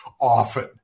often